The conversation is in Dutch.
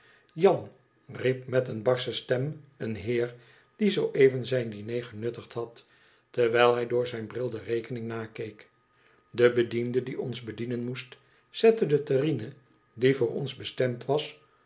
jan riep met een barsche stem een heer die zooeven zijn diner genuttigd had terwijl hij door zijn bril de rekening nakeek de bediende die ons bedienen moest zette de terrine die voor ons bestemd was